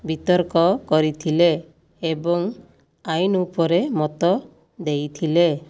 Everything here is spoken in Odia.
ବିତର୍କ କରିଥିଲେ ଏବଂ ଆଇନ ଉପରେ ମତ ଦେଇଥିଲେ